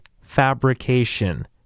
fabrication